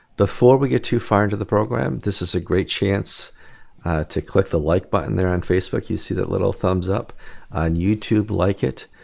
before we get too far into the program this is a great chance to click the like button there on facebook you see that little thumbs up and youtube. like it.